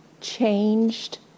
changed